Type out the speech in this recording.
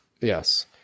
Yes